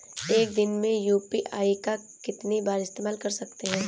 एक दिन में यू.पी.आई का कितनी बार इस्तेमाल कर सकते हैं?